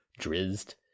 Drizzed